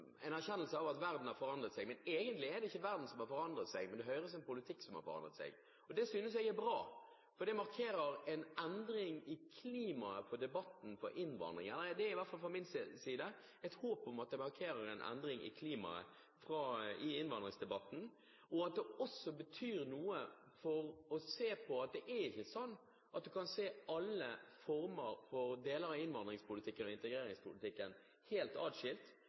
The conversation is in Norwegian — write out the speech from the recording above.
en «erkjennelse» – det er helt ok for meg – en erkjennelse av at verden har forandret seg. Men egentlig er det ikke verden som har forandret seg, men Høyres politikk som har forandret seg. Det synes jeg er bra, for det markerer en endring i klimaet i innvandringsdebatten. Fra min side er det i hvert fall et håp om at det markerer en endring i klimaet i innvandringsdebatten, og at det også betyr noe med tanke på at det ikke er sånn at en kan se alle deler av innvandringspolitikken og integreringspolitikken helt